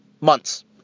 months